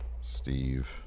Steve